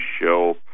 show